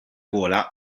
gola